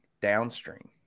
downstream